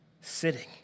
sitting